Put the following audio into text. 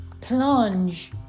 plunge